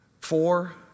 Four